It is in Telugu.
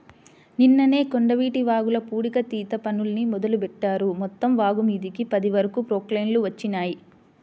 నిన్ననే కొండవీటి వాగుల పూడికతీత పనుల్ని మొదలుబెట్టారు, మొత్తం వాగుమీదకి పది వరకు ప్రొక్లైన్లు వచ్చినియ్యి